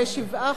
לשבעה